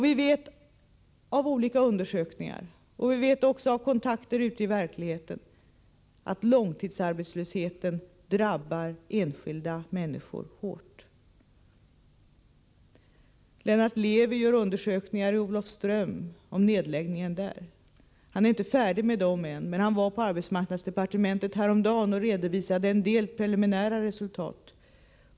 Vi vet av olika studier — och av kontakter ute i verkligheten — att långtidsarbetslösheten drabbar enskilda människor mycket hårt. Lennart Levi gör undersökningar i Olofström om nedläggningen där. Han ärinte färdig än, men han var häromdagen på arbetsmarknadsdepartementet och redovisade en del preliminära resultat.